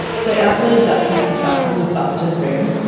so aren't they adapted to cycles of bust and boom?